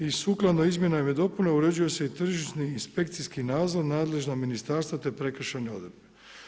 I sukladno izmjenama i dopunama uređuje se i tržišni inspekcijski nadzor nadležnom ministarstvu te prekršajne odredbe.